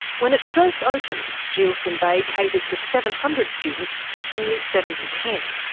when it first opened, geilston bay catered for seven hundred students from years seven to ten,